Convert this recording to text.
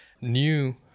new